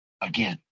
again